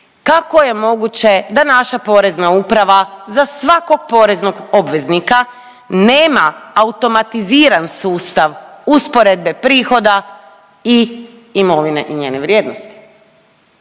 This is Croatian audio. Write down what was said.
kako je moguće da naša Porezna uprava za svakog poreznog obveznika nema automatiziran sustav usporedbe prihoda i imovine i njene vrijednosti?